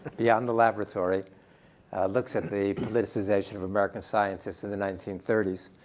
beyond the laboratory. it looks at the politicization of american scientists in the nineteen thirty s.